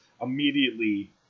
immediately